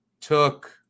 took